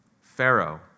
Pharaoh